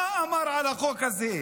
מה אמר על החוק הזה.